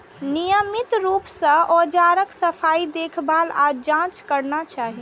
नियमित रूप सं औजारक सफाई, देखभाल आ जांच करना चाही